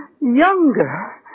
Younger